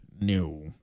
No